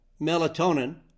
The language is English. melatonin